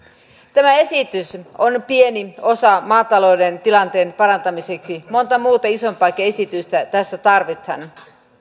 tämä esitys on pieni osa maatalouden tilanteen parantamiseksi monta muuta isompaakin esitystä tässä tarvitaan